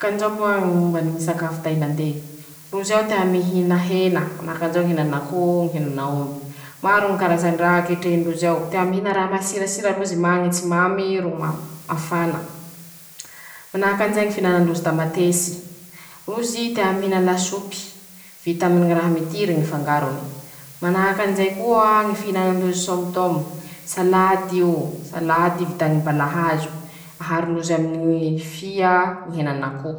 Kanjao moa ñy momba ñy sakafo Tailandé: Rozy ao tea mihina hena, manakanjao ñy henan'akoho, ñ'enan'aomby, maro ñy karazandraha ketrihindrozy ao, tea mihina raha masirasira rozy mañitsy mamy ro m mafana5, manahakan'izay ñy finanandrozy tamatesy, rozy tea mihina lasopy, vita aminy ñy raha mitiry ñy fangarony, manahakan'izay koa, ñy fihinanandrozy somitômy salad'io, salady vita ñy balahazo, aharondrozy aminy ñy fia, henan'aomb.